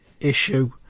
issue